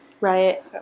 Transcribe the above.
Right